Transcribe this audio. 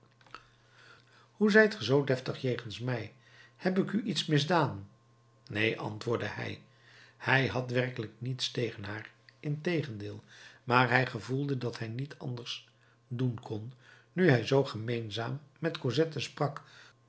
hoe zijt gij zoo deftig jegens mij heb ik u iets misdaan neen antwoordde hij hij had werkelijk niets tegen haar integendeel maar hij gevoelde dat hij niet anders doen kon nu hij zoo gemeenzaam met cosette sprak